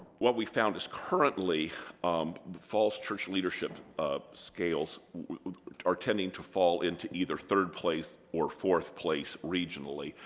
what we found is currently the falls church leadership of scales are tending to fall into either third place or fourth place regionally.